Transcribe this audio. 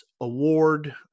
award